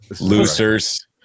losers